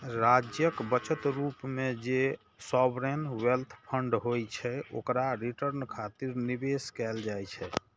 राज्यक बचत रूप मे जे सॉवरेन वेल्थ फंड होइ छै, ओकरा रिटर्न खातिर निवेश कैल जाइ छै